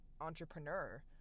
entrepreneur